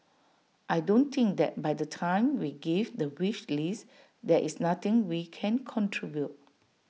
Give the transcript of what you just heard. I don't think that by the time we give the wish list there is nothing we can contribute